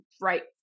right